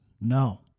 No